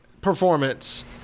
performance